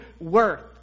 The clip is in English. worth